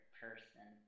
person